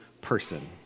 person